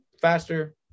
faster